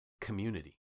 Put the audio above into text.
Community